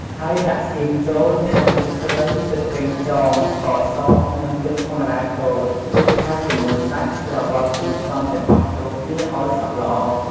ហើយដាក់សៀងចូល ថែមទឹកត្រី ទឹកប្រេងខ្យង ស្ករស និងទឹកធម្មតាចូល រួចឆាជាមួយសាច់ ច្របល់គ្រឿងផ្សំទាំងអស់ចូលគ្នាឱ្យសព្វល្អ។